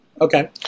Okay